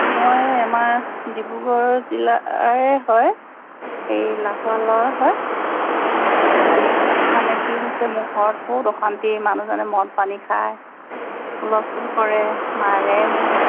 মই আমাৰ ডিব্ৰুগড় জিলাৰে হয় এই লাহোৱালৰ হয় এই মানে কি হৈছে মোৰ ঘৰত বহুত অশান্তি মানুহজনে মদ পানী খায় হুলস্থুল কৰে মাৰে মোক